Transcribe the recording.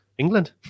England